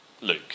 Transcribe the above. luke